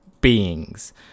beings